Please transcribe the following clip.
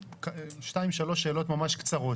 שתיים-שלוש שאלות ממש קצרות.